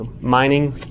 mining